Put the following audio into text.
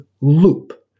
loop